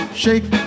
shake